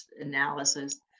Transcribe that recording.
analysis